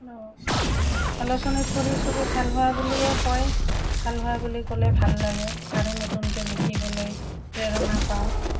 আলোচনীত পঢ়ি চবে ভাল হোৱা বুলিয়ে কয় ভাল হোৱা বুলি ক'লে ভাল লাগে আৰু নতুনকৈ লিখিবলৈ প্ৰেৰণা পাওঁ